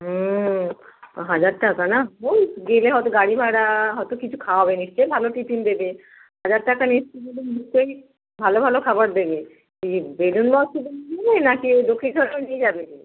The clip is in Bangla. হুম হাজার টাকা না ওই গেলে হয়তো গাড়ি ভাড়া হয়তো কিছু খাওয়াবে নিশ্চয়ই ভালো টিফিন দেবে হাজার টাকা নিচ্ছে যখন নিশ্চয়ই ভালো ভালো খাবার দেবে বে বেলুড় মঠ শুধু নিয়ে যাবে নাকি দক্ষিণেশ্বরেও নিয়ে যাবে